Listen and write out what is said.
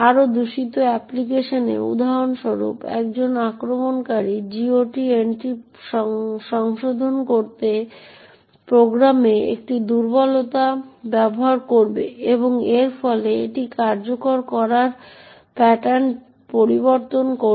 আরও দূষিত অ্যাপ্লিকেশনে উদাহরণস্বরূপ একজন আক্রমণকারী GOT এন্ট্রি সংশোধন করতে প্রোগ্রামে একটি দুর্বলতা ব্যবহার করবে এবং এর ফলে এটি কার্যকর করার প্যাটার্ন পরিবর্তন করবে